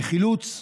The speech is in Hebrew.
בחילוץ,